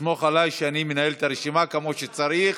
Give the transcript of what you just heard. תסמוך עליי שאני מנהל את הרשימה כמו שצריך.